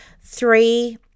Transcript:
three